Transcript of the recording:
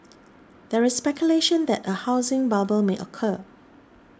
there is speculation that a housing bubble may occur